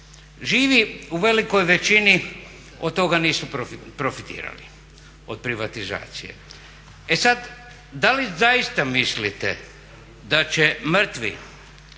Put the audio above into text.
Živi u velikoj većini od toga nisu profitirali od privatizacije. E sad, da li zaista mislite da će mrtvi